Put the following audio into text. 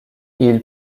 ils